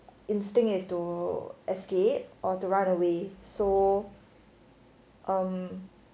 instinct is to escape or to run away so um